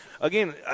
Again